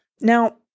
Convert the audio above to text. Now